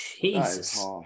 Jesus